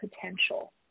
potential